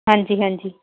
ਹਾਂਜੀ ਹਾਂਜੀ